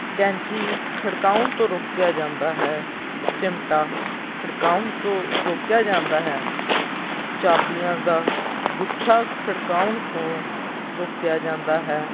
ਕੈਂਚੀ ਖੜਕਾਉਣ ਤੋਂ ਰੋਕਿਆ ਜਾਂਦਾ ਹੈ ਚਿਮਟਾ ਖੜਕਾਉਣ ਤੋਂ ਰੋਕਿਆ ਜਾਂਦਾ ਹੈ ਚਾਬੀਆਂ ਦਾ ਗੁੱਛਾ ਖੜਕਾਉਣ ਤੋਂ ਰੋਕਿਆ ਜਾਂਦਾ ਹੈ